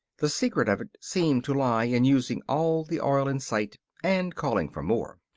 the secret of it seemed to lie in using all the oil in sight and calling for more.